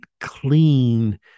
clean